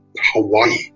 Hawaii